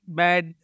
bad